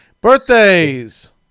Birthdays